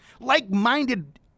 like-minded